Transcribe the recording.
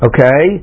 Okay